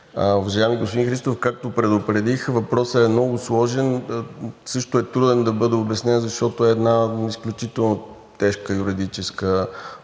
Уважаеми господин Христов, както предупредих, въпросът е много сложен, също е трудно да бъде обяснен, защото е една изключително тежка юридическа